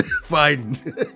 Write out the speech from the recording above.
fine